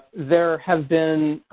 there have been